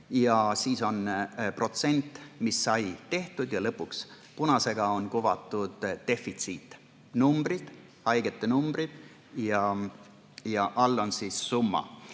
ja siis on protsent, mis sai tehtud, ja lõpuks punasega on kuvatud defitsiit: haigete numbrid ja all on summa.